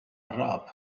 الراب